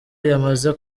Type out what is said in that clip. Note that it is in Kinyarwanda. yamaze